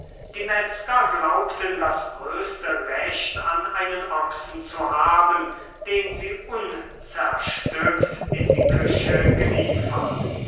die metzger glaubten das größte recht an einen ochsen zu haben den sie unzerstückt in die küche geliefert